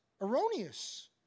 erroneous